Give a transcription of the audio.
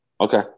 Okay